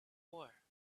war